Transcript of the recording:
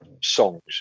songs